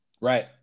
Right